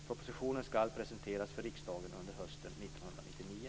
Propositionen skall presenteras för riksdagen under hösten 1999.